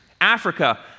Africa